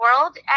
world